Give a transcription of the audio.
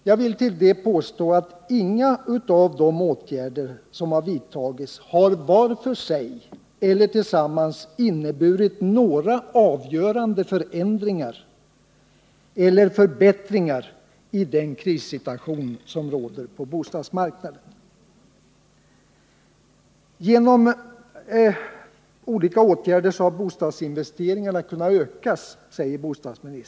Jag vill till det påstå att inga av de åtgärder som har vidtagits har var för sig eller tillsammans inneburit några avgörande förändringar eller förbättringar i den krissituation som råder på bostadsmarknaden. Genom olika åtgärder har bostadsinvesteringarna kunnat ökas, säger bostadsministern.